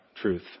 truth